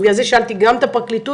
בגלל זה שאלתי גם את הפרקליטות,